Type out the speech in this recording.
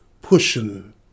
Pushing